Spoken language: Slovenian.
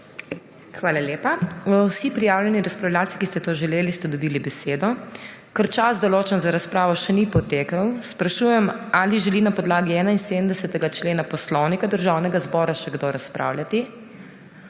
Hvala lepa. Vsi prijavljeni razpravljavci, ki ste to želeli, ste dobili besedo. Ker čas, določen za razpravo, še ni potekel, sprašujem, ali želi na podlagi 71. člena Poslovnika Državnega zbora še kdo razpravljati.